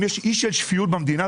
אם יש אי של שפיות במדינה,